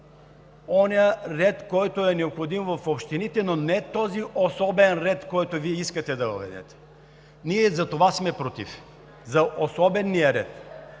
онзи ред, който е необходим в общините, но не този особен ред, който Вие искате да въведете. Ние за това сме против – за особения ред!